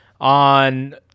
on